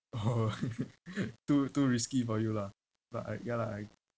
orh too too risky for you lah but I ya lah I